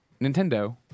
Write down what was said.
Nintendo